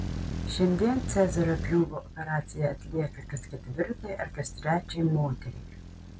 šiandien cezario pjūvio operacija atlieka kas ketvirtai ar kas trečiai moteriai